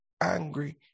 angry